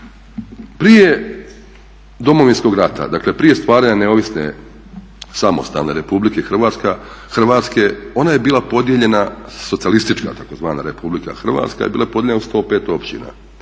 Prije Domovinskog rata, dakle prije stvaranja neovisne, samostalne Republike Hrvatske ona je bila podijeljena, Socijalistička tzv. Republika Hrvatska je bila podijeljena u 105 općina.